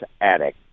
attic